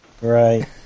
Right